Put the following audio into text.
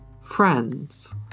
friends